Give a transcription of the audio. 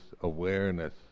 awareness